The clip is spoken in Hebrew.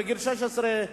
בגיל 16,